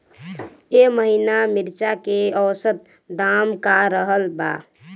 एह महीना मिर्चा के औसत दाम का रहल बा?